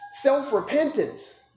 self-repentance